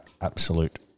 absolute